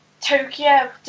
Tokyo